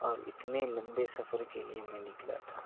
اور اتنے لمبے سفر کے لیے میں نکلا تھا